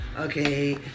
okay